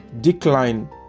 decline